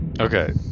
okay